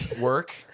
work